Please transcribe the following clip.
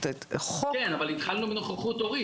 כן, אבל התחלנו מנוכחות הורית.